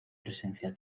presencia